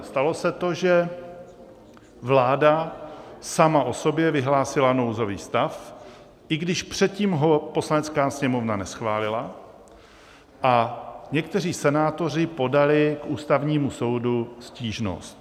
Stalo se to, že vláda sama o sobě vyhlásila nouzový stav, i když předtím ho Poslanecká sněmovna neschválila, a někteří senátoři podali k Ústavnímu soudu stížnost.